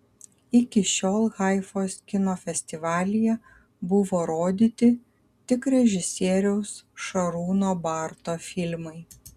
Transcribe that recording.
iki šiol haifos kino festivalyje buvo rodyti tik režisieriaus šarūno barto filmai